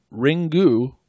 Ringu